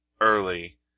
early